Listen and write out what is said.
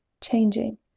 changing